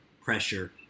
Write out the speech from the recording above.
pressure